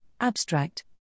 Abstract